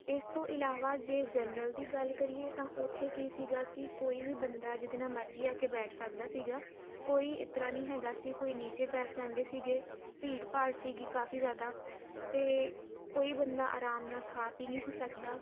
ਇਸ ਤੋਂ ਇਲਾਵਾ ਜੇ ਜਨਰਲ ਦੀ ਗੱਲ ਕਰੀਏ ਤਾਂ ਉੱਥੇ ਕੀ ਸੀਗਾ ਕਿ ਕੋਈ ਵੀ ਬੰਦਾ ਜਿਹਦੇ ਨਾਲ ਮਰਜ਼ੀ ਆ ਕੇ ਬੈਠ ਸਕਦਾ ਸੀਗਾ ਕੋਈ ਇਸ ਤਰ੍ਹਾਂ ਨਹੀਂ ਹੈਗਾ ਸੀ ਕੋਈ ਨੀਚੇ ਬੈਠ ਜਾਂਦੇ ਸੀਗੇ ਭੀੜ ਭਾੜ ਸੀਗੀ ਕਾਫੀ ਜ਼ਿਆਦਾ ਅਤੇ ਕੋਈ ਬੰਦਾ ਆਰਾਮ ਨਾਲ ਖਾ ਪੀ ਨਹੀਂ ਸੀ ਸਕਦਾ